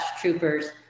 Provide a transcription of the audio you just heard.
troopers